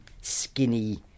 skinny